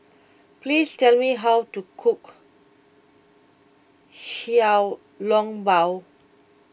please tell me how to cook Xiao Long Bao